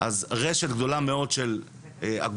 אז רשת גדולה מאוד של אגודות,